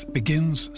begins